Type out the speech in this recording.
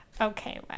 okay